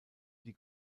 die